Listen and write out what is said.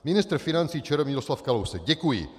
Ministr financí ČR Miroslav Kalousek: Děkuji.